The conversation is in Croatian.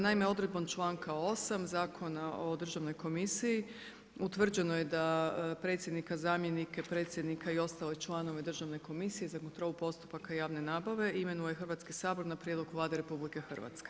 Naime, odredbom članka 8. Zakona o Državnoj komisiji utvrđeno je da predsjednika, zamjenike predsjednika i ostale članove Državne komisije za kontrolu postupaka javne nabave imenuje Hrvatski sabor na prijedlog Vlade RH.